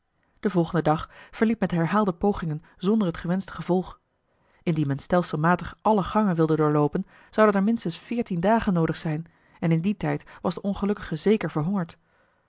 de volgende dag verliep met herhaalde pogingen zonder het gewenschte gevolg indien men stelselmatig alle gangen wilde doorloopen zouden er minstens veertien dagen noodig zijn en in dien tijd was de ongelukkige zeker verhongerd